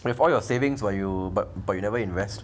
you have all your savings for you but but you never invest